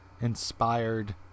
inspired